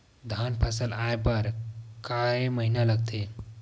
धान फसल आय बर कय महिना लगथे?